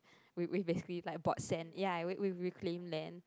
we we basically like bought sand ya we we reclaim land